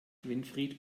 winfried